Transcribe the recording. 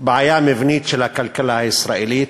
בעיה מבנית של הכלכלה הישראלית,